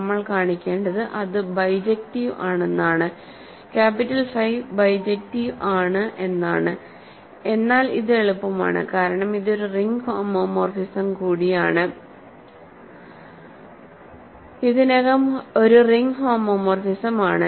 നമ്മൾ കാണിക്കേണ്ടത് അത് ബൈജക്ടീവ് ആണ് ക്യാപിറ്റൽ ഫി ബൈജക്ടീവ് ആണ് എന്നാണ് എന്നാൽ ഇത് എളുപ്പമാണ് കാരണം ഇത് ഒരു റിംഗ് ഹോമോമോർഫിസം കൂടിയാണ് ഇതിനകം ഒരു റിംഗ് ഹോമോമോർഫിസം ആണ്